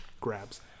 grabs